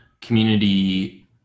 community